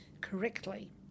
correctly